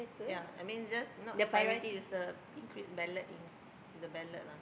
yeah I mean it's just not priority is the increase ballot in the ballot lah